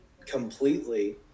completely